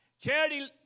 Charity